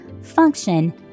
function